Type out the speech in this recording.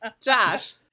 Josh